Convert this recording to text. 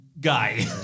guy